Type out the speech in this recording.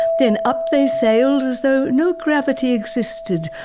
then up they sailed as though no gravity existed.